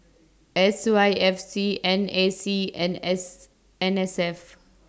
S Y F C N A C and S N S F